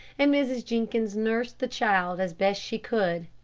and mrs. jenkins nursed the child as best she could.